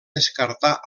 descartar